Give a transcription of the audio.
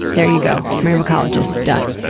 there you go. myrmecologist. done.